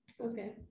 okay